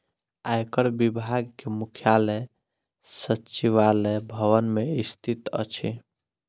आयकर विभाग के मुख्यालय सचिवालय भवन मे स्थित अछि